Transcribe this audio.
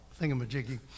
thingamajiggy